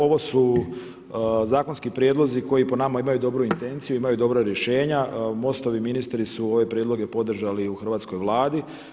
Ovo su zakonski prijedlozi koji po nama imaju dobru intenciju, imaju dobra rješenja, MOST-ovi ministri su ove prijedloge podržali u hrvatskoj Vladi.